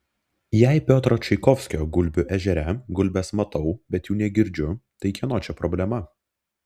jei piotro čaikovskio gulbių ežere gulbes matau bet jų negirdžiu tai kieno čia problema